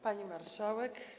Pani Marszałek!